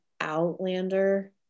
Outlander